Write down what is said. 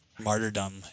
martyrdom